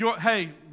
hey